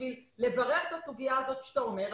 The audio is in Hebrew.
בשביל לברר את הסוגיה הזאת שאתה אומר,